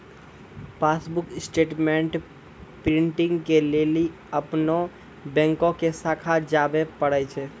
passbook statement printing के लेली अपनो बैंको के शाखा जाबे परै छै